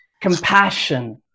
compassion